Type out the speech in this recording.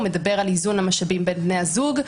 הוא מדבר על איזון המשאבים בין בני הזוג.